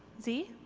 zee?